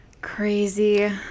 Crazy